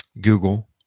Google